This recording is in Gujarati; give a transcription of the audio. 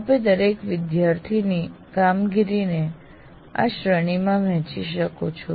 આપ દરેક વિદ્યાર્થીની કામગીરીને આ શ્રેણીઓમાં વહેંચી શકો છો